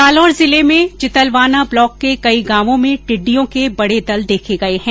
जालौर जिले चितलवाना ब्लॉक के कई गांवों में टिड्डियों के बड़े दल देखे गए हैं